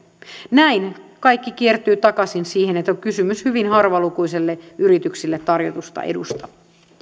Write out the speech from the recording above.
näin kaikki kiertyy takaisin siihen että on kysymys hyvin harvalukuisille yrityksille tarjotusta edusta